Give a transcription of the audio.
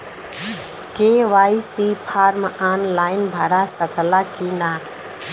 KYC form online भरा सकला की ना?